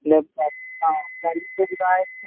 ആ പല്ല് ചെറുതായിട്ടൊരു